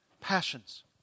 passions